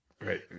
right